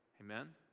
Amen